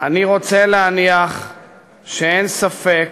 אני רוצה להניח שאין ספק